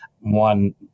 One